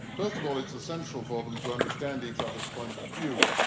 first of all, it's essential for them to understand each other's point of view.